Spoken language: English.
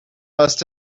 must